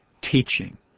teaching